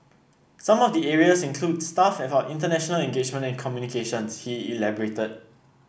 some of the areas include staff for international engagement and communications he elaborated